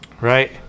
Right